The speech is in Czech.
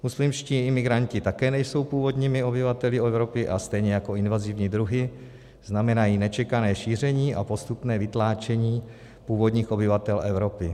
Muslimští imigranti také nejsou původními obyvateli Evropy a stejně jako invazivní druhy znamenají nečekané šíření a postupné vytlačení původních obyvatel Evropy.